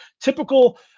typical